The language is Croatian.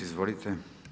Izvolite.